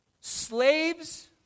Slaves